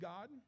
God